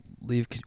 leave